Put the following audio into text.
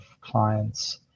clients